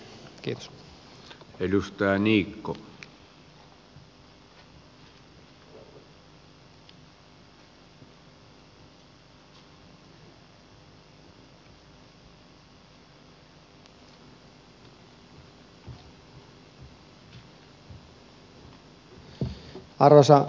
arvoisa puhemies